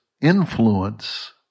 influence